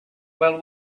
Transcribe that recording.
well